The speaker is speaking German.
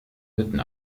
hütten